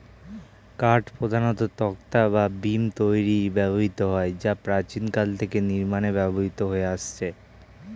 কাঠ প্রধানত তক্তা বা বিম তৈরিতে ব্যবহৃত হয় যা প্রাচীনকাল থেকে নির্মাণে ব্যবহৃত হয়ে আসছে